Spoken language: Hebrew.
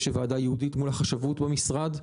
יש ועדה ייעודית מול החשבות במשרד,